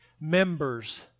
members